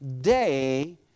day